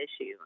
issue